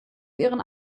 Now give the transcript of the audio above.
ihren